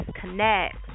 connect